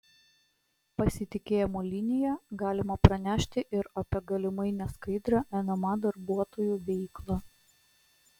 pasitikėjimo linija galima pranešti ir apie galimai neskaidrią nma darbuotojų veiklą